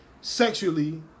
sexually